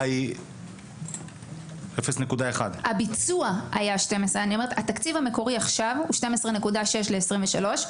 היא 0.1%. הביצוע היה 12. התקציב המקורי עכשיו הוא 12.6 ל-2023,